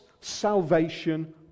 salvation